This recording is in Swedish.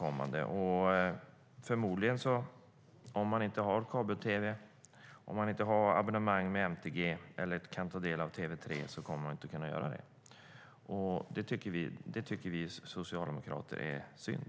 Om man inte har kabel-tv, abonnemang med MTG eller kan ta del av TV3 kommer man förmodligen inte att kunna göra det längre. Det tycker vi socialdemokrater är synd.